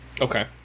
Okay